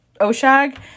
Oshag